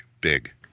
big